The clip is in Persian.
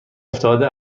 افتاده